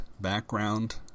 background